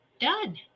done